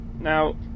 Now